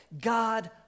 God